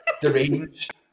Deranged